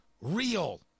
real